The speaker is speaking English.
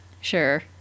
Sure